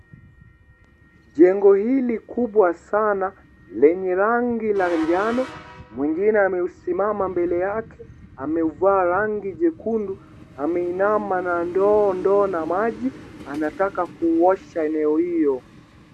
Jengo hili kubwa sana lenye rangi ya njano mwingine amesimama mbele yake amevaa rangi jekundu ameinama na ndoo, ndoo na maji, anataka kuosha eneo hilo.